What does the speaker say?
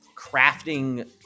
crafting